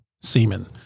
semen